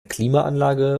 klimaanlage